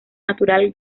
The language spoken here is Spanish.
natural